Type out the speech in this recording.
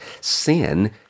sin